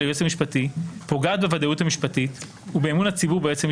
היועץ המשפטי פוגעת בוודאות המשפטית ובאמון הציבור ביועץ המשפטי".